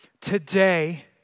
Today